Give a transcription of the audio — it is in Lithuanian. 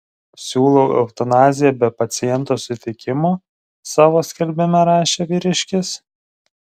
siūlau eutanaziją be paciento sutikimo savo skelbime rašė vyriškis